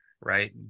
right